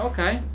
Okay